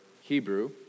Hebrew